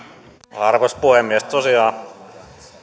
arvoisa puhemies tosiaan